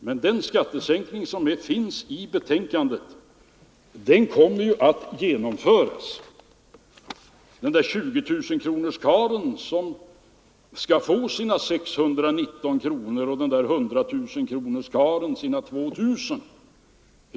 Den här skattesänkningen kommer ju att genomföras. 20 000-kronorskarlen skall få sina 619 kronor och 100 000-kronorskarlen sina 2 000 kronor.